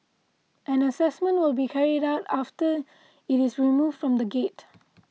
an assessment will be carried out after it is removed from the gate